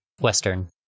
Western